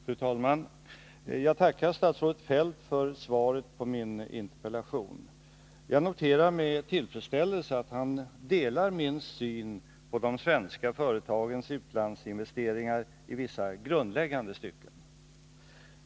Fru talman! Jag tackar statsrådet Feldt för svaret på min interpellation. Jag noterar med tillfredsställelse att han delar min syn på de svenska företagens utlandsinvesteringar i vissa grundläggande stycken.